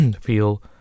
feel